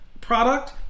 product